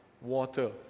water